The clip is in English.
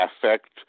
affect